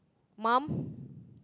mum